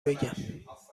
بگم